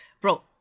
bro